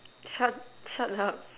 shut shut the hell up